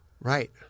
right